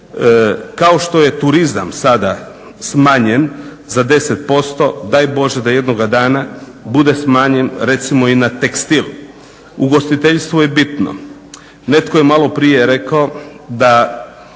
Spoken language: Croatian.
Kao što je turizam sada smanjen za 10% daj Bože da jednoga dana bude smanjen recimo i na tekstil. Ugostiteljstvo je bitno. Netko je malo prije rekao da